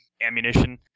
ammunition